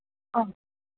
ആ